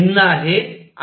आणि एनर्जीज समान आहेत